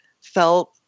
felt